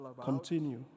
Continue